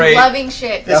ah yeah loving shit.